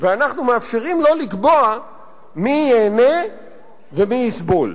ואנחנו מאפשרים לו לקבוע מי ייהנה ומי יסבול.